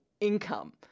income